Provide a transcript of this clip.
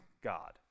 God